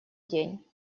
день